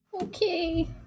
Okay